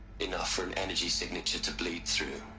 enough for an energy signature to bleed through.